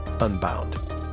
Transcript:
Unbound